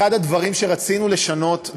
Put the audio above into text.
אחד הדברים שרצינו לשנות,